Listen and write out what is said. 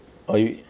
or you